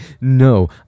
No